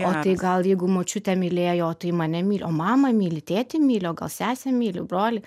o tai gal jeigu močiutę mylėjo o tai mane myli o mamą myli tėtį myli o gal sesę myli brolį